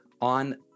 on